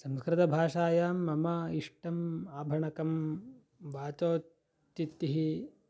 संस्कृतभाषायां मम इष्टम् आभणकं वाचो तित्तिः